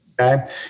Okay